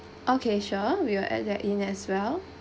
okay sure we will add that in as well